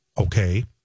okay